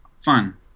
fun